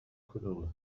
کدومه